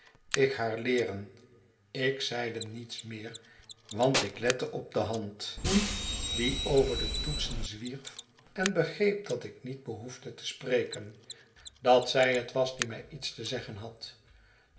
ik haar leeren ik zeide niets meer want ik lette op de hand die over de toetsen zwierf en begreep dat ik niet behoefde te spreken dat zij het was die mij iets te zeggen had